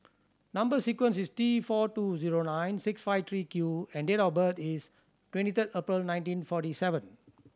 number sequence is T four two zero nine six five three Q and date of birth is twenty third April nineteen forty seven